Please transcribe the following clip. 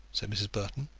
said mrs. burton.